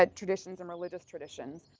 ah traditions and religious traditions.